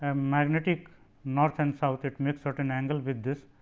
um magnetic north and south it make certain angle with this.